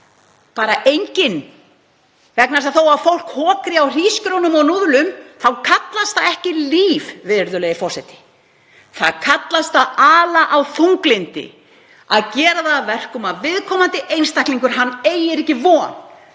Bara enginn? Þó að fólk hokri á hrísgrjónum og núðlum þá kallast það ekki líf, virðulegi forseti. Það kallast að ala á þunglyndi, að gera það að verkum að viðkomandi einstaklingur eygir ekki von.